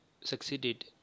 succeeded